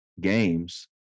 games